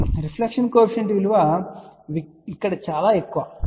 reflection coefficient విలువ ఇక్కడ చాలా ఎక్కువ సరే